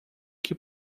que